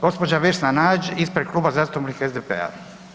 Gospođa Vesna Nađ ispred Kluba zastupnika SDP-a.